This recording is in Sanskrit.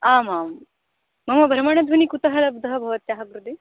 आमां मम भ्रमणध्वनिः कुतः लब्धः भवत्याः कृते